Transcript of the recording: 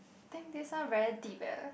think this one very deep eh